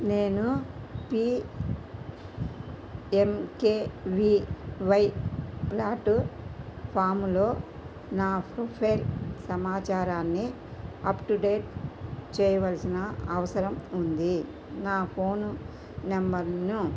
నేను పిఎంకెవివై ప్లాటుఫాములో నా ప్రొఫైల్ సమాచారాన్ని అప్డేట్ చెయ్య్వలసిన అవసరం ఉంది నా ఫోను నంబర్ను